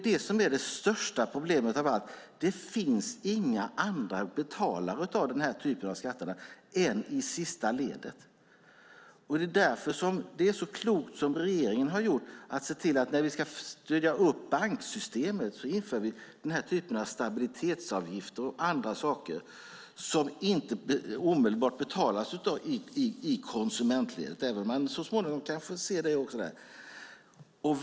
Det största problemet är att det inte finns några andra betalare av den här typen av skatter än de i sista ledet. Därför är det som regeringen har gjort så klokt. Man har sett till att vi för att stödja banksystemet inför stabilitetsavgifter och annat som inte omedelbart betalas av konsumentledet, även om man så småningom kan få se detta också där.